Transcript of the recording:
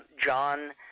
John